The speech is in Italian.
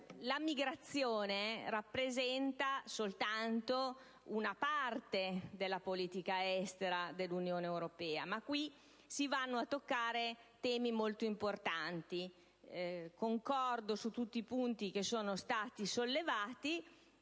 la migrazione rappresenta soltanto una parte della politica estera dell'Unione europea, ma qui si vanno a toccare temi molto importanti. Concordo su tutti i punti sollevati,